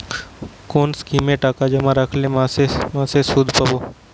কোন স্কিমে টাকা জমা রাখলে মাসে মাসে সুদ পাব?